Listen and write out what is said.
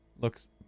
Looks